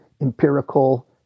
empirical